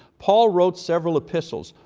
paul wrote several epistles,